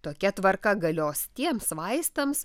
tokia tvarka galios tiems vaistams